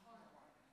נכון, נכון.